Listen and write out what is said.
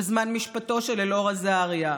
בזמן משפטו של אלאור אזריה,